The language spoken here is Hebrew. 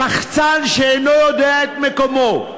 שחצן שאינו יודע את מקומו,